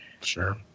Sure